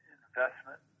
investment